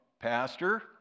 Pastor